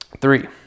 Three